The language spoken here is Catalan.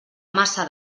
massa